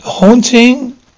Haunting